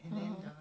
okay